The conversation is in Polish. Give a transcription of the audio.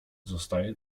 zostaje